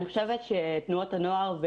אני חושבת שתנועות הנוער,